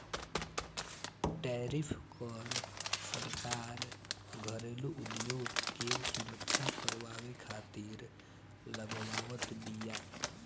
tariff कर सरकार घरेलू उद्योग के सुरक्षा करवावे खातिर लगावत बिया